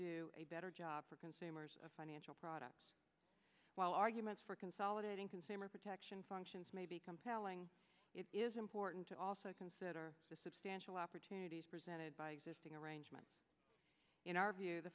do a better job for consumers of financial products while arguments for consolidating consumer protection functions may be compelling it is important to also consider the substantial opportunities presented by existing arrangement in our view the